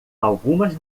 algumas